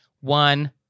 one